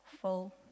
full